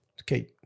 okay